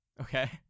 Okay